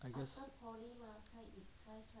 I guess